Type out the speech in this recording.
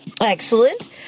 Excellent